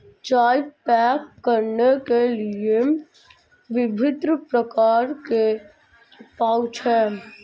चाय पैक करने के लिए विभिन्न प्रकार के पाउच हैं